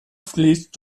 fließt